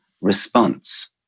response